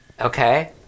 Okay